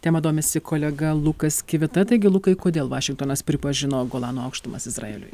tema domisi kolega lukas kivita taigi lukai kodėl vašingtonas pripažino golano aukštumas izraeliui